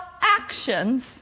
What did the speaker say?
actions